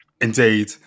Indeed